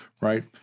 right